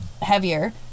Heavier